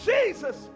Jesus